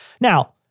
Now—